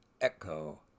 echo